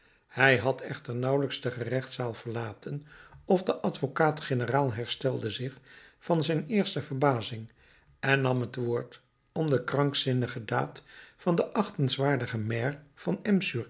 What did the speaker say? hij had echter nauwelijks de gerechtszaal verlaten of de advocaat-generaal herstelde zich van zijn eerste verbazing en nam het woord om de krankzinnige daad van den achtenswaardigen maire van